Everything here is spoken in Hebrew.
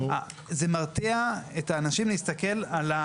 זה מרתיע את האנשים להסתכל על,